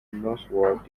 northward